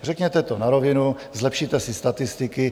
Řekněte to na rovinu, zlepšíte si statistiky.